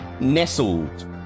Nestled